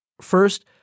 first